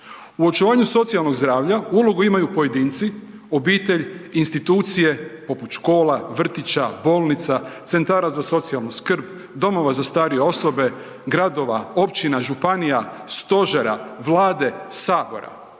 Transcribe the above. U očuvanju socijalnog zdravlja ulogu imaju pojedinci, obitelj, institucije poput škola, vrtića, bolnica, centara za socijalnu skrb, domova za starije osobe, gradova, općina, županija, stožera, vlade, sabora.